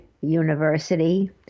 university